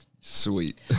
sweet